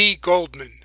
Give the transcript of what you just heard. Goldman